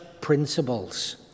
principles